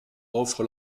offrent